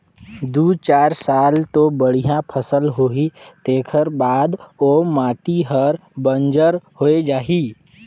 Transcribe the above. दू चार साल तो बड़िया फसल होही तेखर बाद ओ माटी हर बंजर होए जाही